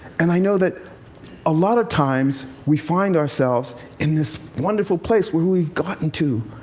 and i know that a lot of times we find ourselves in this wonderful place where we've gotten to,